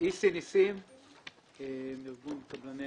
מארגון קבלני